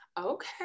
Okay